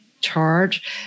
charge